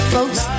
Folks